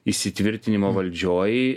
įsitvirtinimo valdžioj